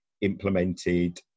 implemented